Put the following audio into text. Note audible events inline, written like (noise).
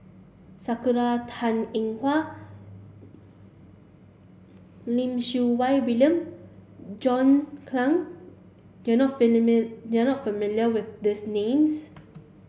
Sakura Teng Ying Hua Lim Siew Wai William John Clang you are not (unintelligible) you are not familiar with these names